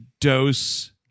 dose